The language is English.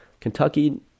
Kentucky